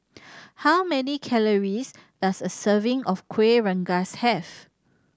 how many calories does a serving of Kueh Rengas have